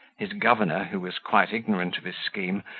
his governor, who was quite ignorant of his scheme,